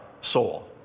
soul